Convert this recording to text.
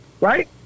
Right